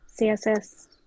css